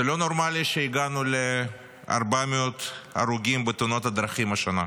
זה לא נורמלי שהגענו ל-400 הרוגים בתאונות הדרכים השנה.